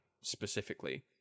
specifically